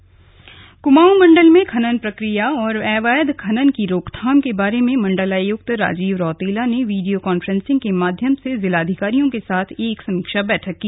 खनन प्रक्रिया कुमाऊं मण्डल में खनन प्रक्रिया और अवैध खनन की रोकथाम के बारे में मण्डलायुक्त राजीव रौतेला ने वीडियो कांफ्रेंसिंग के माध्यम से जिलाधिकारियों के साथ एक समीक्षा बैठक की